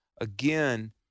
again